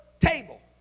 table